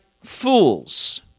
fools